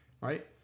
right